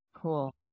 cool